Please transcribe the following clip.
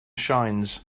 shines